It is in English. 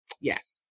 yes